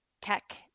tech